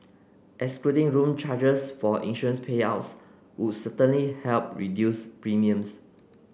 excluding room charges for insurance payouts would certainly help reduce premiums